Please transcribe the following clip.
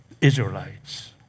Israelites